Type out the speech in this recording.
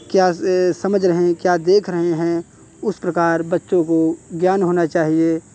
क्या समझ रहे हैं क्या देख रहे हैं उस प्रकार बच्चों को ज्ञान होना चाहिए